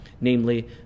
namely